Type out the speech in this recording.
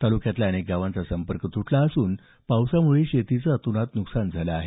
तालुक्यातल्या अनेक गावांचा संपर्क तुटला असून पावसामुळे शेतीचं अतोनात नुकसान झालं आहे